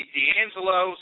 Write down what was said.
D'Angelo